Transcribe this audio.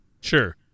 Sure